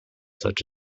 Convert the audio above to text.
such